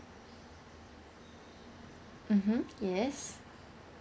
mmhmm yes